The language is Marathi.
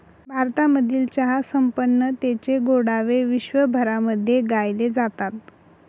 भारतामधील चहा संपन्नतेचे गोडवे विश्वभरामध्ये गायले जातात